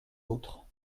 autres